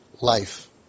life